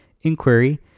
inquiry